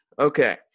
Okay